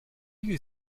you